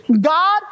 God